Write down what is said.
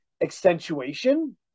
accentuation